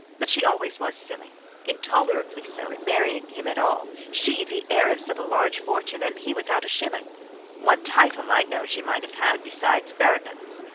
but she always was silly intolerably so in marrying him at all, she the heiress of a large fortune and he without a shilling one title, i know, she might have had, besides baronets.